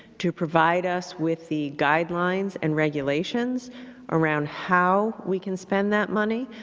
to provide us with the guidelines and regulations around how we can spend that money.